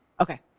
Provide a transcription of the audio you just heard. Okay